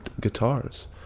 Guitars